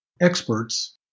experts